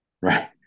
right